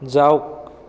যাওক